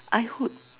I would